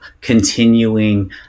continuing